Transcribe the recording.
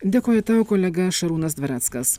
dėkoju tau kolega šarūnas dvareckas